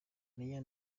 mayor